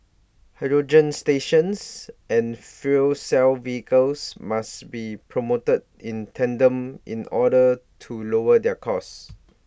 hydrogen stations and fuel cell vehicles must be promoted in tandem in order to lower their cost